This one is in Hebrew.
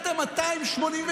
אתה שקרן, חבר הכנסת מלביצקי.